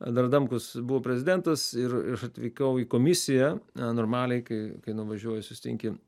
dar adamkus buvo prezidentas ir ir aš atvykau į komisiją normaliai kai kai nuvažiuoji susitinki